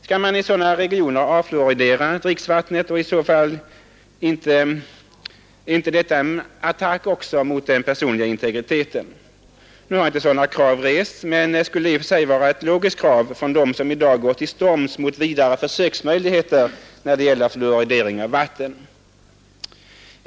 Skall man i sådana regioner avfluoridera dricksvattnet och är i så fall inte detta också en attack mot den personliga integriteten? Nu har inte något sådant krav rests, men det skulle i och för sig vara ett logiskt krav från dem som i dag går till storms mot vidare försöksmöjligheter när det gäller fluoridering av vatten.